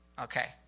Okay